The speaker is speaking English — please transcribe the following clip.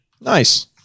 Nice